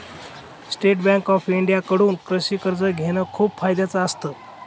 state Bank of India कडून कृषि कर्ज घेण खूप फायद्याच असत